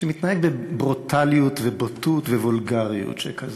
שמתנהג בברוטליות ובוטות וולגריות שכזו,